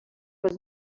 was